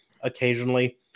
occasionally